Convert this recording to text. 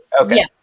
Okay